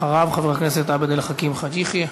אחריו, חבר הכנסת עבד אל חכים חאג' יחיא.